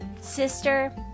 Sister